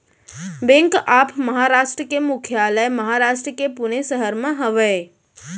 bank of Maharashtra के मुख्यालय महारास्ट के पुने सहर म हवय